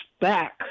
back